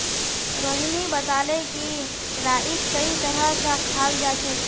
रोहिणी बताले कि राईक कई तरह स खाल जाछेक